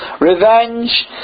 revenge